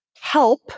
help